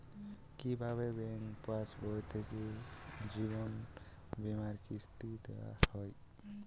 কি ভাবে ব্যাঙ্ক পাশবই থেকে জীবনবীমার কিস্তি দেওয়া হয়?